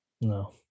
No